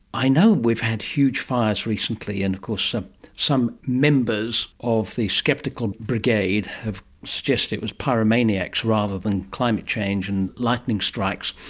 i know we've had huge fires recently, and of course ah some members of the sceptical brigade have suggested it was pyromaniacs rather than climate change and lightning strikes.